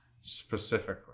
Specifically